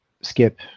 skip